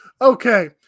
Okay